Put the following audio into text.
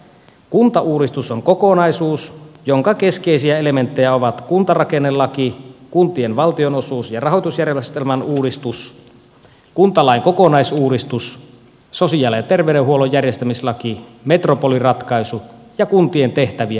kuntauudistus on kokonaisuus jonka keskeisiä elementtejä ovat kuntarakennelaki kuntien valtionosuus ja rahoitusjärjestelmän uudistus kuntalain kokonaisuudistus sosiaali ja terveydenhuollon järjestämislaki metropoliratkaisu ja kuntien tehtävien arviointi